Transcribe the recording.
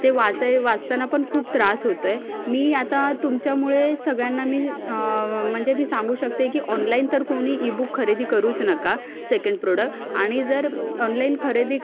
ते वाचाय वाचताना पण खूप त्रास होतो आहे मी आता तुमच्यामुळे सगळ्यांना मी म्हणजे मी सांगू शकते की ऑनलाईन तर कुणी ईबुक खरेदी करूच नका सेकंड प्रोडक आणि जर ऑनलाईन खरेदी